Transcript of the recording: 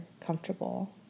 comfortable